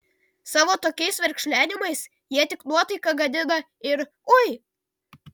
savo tokiais verkšlenimais jie tik nuotaiką gadina ir oi